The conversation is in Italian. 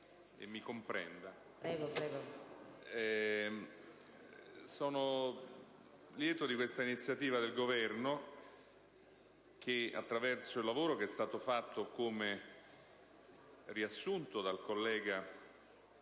Presidente, sono lieto di questa iniziativa del Governo, che, attraverso il lavoro che è stato fatto, come riassunto dal collega